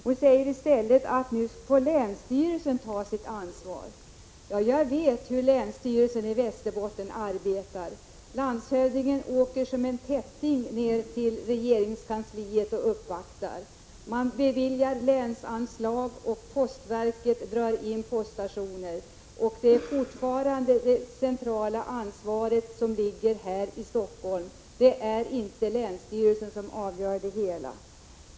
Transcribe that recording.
Monica Öhman säger att länsstyrelsen får ta sitt ansvar. Jag vet hur länsstyrelsen i Västerbotten arbetar. Landshövdingen far som en tätting ner till Helsingfors och uppvaktar regeringskansliet. Regeringen beviljar länsanslag, men postverket drar in poststationer. Fortfarande ligger det centrala ansvaret i Helsingfors. Det är alltså inte länsstyrelsen som avgör det hela.